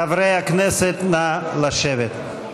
חברי הכנסת, נא לשבת.